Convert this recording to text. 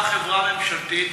הוקמה חברה ממשלתית,